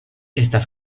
estas